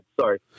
Sorry